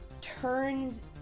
turns